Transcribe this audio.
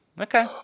Okay